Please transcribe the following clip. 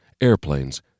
airplanes